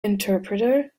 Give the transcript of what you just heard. interpreter